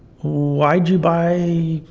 why'd you buy,